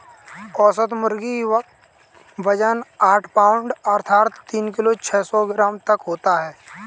औसत मुर्गी क वजन आठ पाउण्ड अर्थात तीन किलो छः सौ ग्राम तक होता है